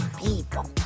people